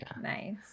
Nice